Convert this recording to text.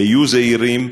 היו זהירים.